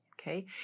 Okay